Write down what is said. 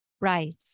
Right